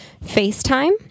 FaceTime